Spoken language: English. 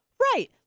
right